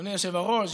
אדוני היושב-ראש.